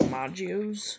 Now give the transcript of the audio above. Magios